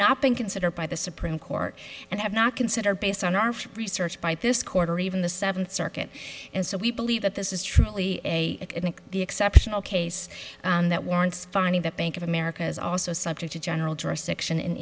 not been set up by the supreme court and have not consider based on our research by this court or even the seventh circuit and so we believe that this is truly a the exceptional case and that warrants finding that bank of america is also subject to general jurisdiction in